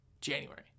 January